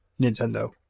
Nintendo